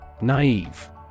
Naive